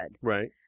Right